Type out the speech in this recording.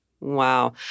Wow